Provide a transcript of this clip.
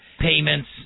payments